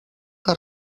que